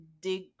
dig